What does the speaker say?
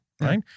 right